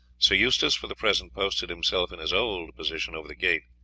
sir eustace, for the present, posted himself in his old position over the gate.